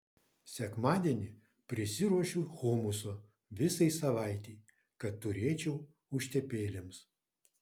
sekmadienį prisiruošiu humuso visai savaitei kad turėčiau užtepėlėms